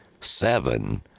seven